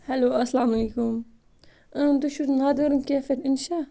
hello اَسلام علَیکُم تُہۍ چھِو ناردٲرٕن کیف پؠٹھ اِنشا